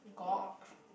Glock